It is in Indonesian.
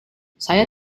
saya